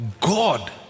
God